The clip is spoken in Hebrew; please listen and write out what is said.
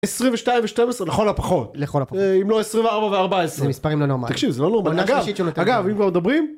22 ו-12 לכל הפחות, אם לא 24 ו-14, זה מספרים לא נורמליים, תקשיב זה לא נורמליים, אגב אם כבר מדברים.